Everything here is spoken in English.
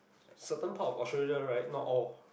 certain part of Australia right not all